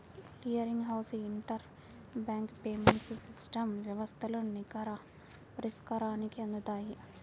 clearing house inter bank payments system వ్యవస్థలు నికర పరిష్కారాన్ని అందిత్తాయి